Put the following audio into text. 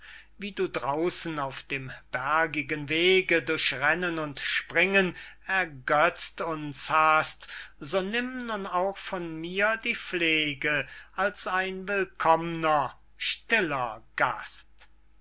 wie du draußen auf dem bergigen wege durch rennen und springen ergetzt uns hast so nimm nun auch von mir die pflege als ein willkommner stiller gast